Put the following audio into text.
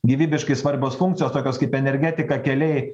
gyvybiškai svarbios funkcijos tokios kaip energetika keliai